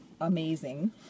amazing